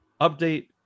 update